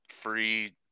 free